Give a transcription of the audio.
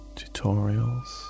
tutorials